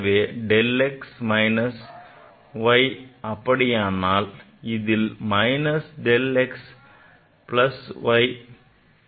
ஆகவே del x minus y அப்படியானால் இது minus del x plus y